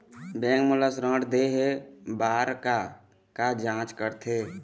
Bank मोला ऋण देहे बार का का जांच करथे?